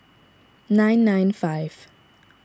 nine nine five